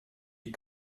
die